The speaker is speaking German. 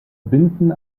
binden